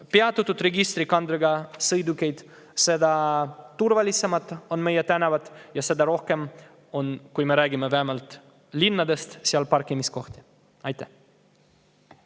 peatatud registrikandega sõidukeid, seda turvalisemad on meie tänavad ja seda rohkem on – vähemalt kui me räägime linnadest – seal parkimiskohti. Aitäh!